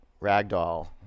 ragdoll